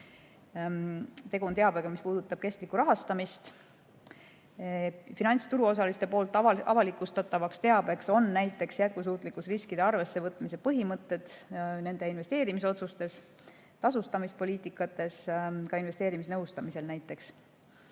Tegu on teabega, mis puudutab kestlikku rahastamist. Finantsturuosaliste poolt avalikustatavaks teabeks on näiteks jätkusuutlikkusriskide arvesse võtmise põhimõtted nende investeerimisotsustes, tasustamispoliitikates ja näiteks ka investeerimisnõustamisel.